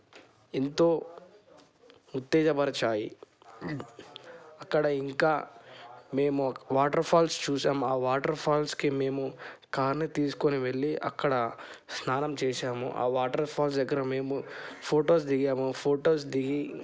ఎంతో ఉత్తేజపరిచాయి అక్కడ ఇంకా మేము వాటర్ఫాల్స్ చూసాం ఆ వాటర్ఫాల్స్కి మేము కార్ని తీసుకొని వెళ్ళి అక్కడ స్నానం చేశాము ఆ వాటర్ఫాల్స్ దగ్గర మేము ఫొటోస్ దిగాము ఫొటోస్ దిగి